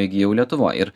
įgijau lietuvoj ir